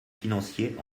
financiers